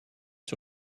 sur